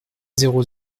zéro